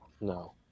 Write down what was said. No